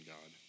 God